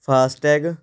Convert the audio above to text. FASTag